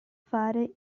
fare